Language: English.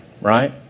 right